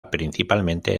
principalmente